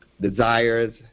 desires